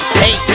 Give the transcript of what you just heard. hey